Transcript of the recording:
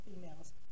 females